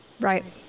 Right